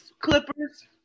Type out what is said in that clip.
Clippers